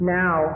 now